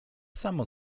samo